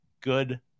Good